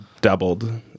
doubled